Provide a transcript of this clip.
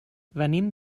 venim